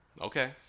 Okay